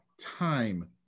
time